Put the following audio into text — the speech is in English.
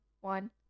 one